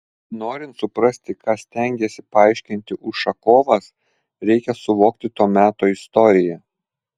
norint suprasti ką stengėsi paaiškinti ušakovas reikia suvokti to meto istoriją